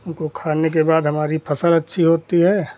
उनको खाने के बाद हमारी फ़सल अच्छी होती है